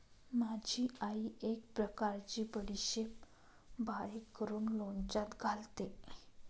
माझी आई एक प्रकारची बडीशेप बारीक करून लोणच्यात घालते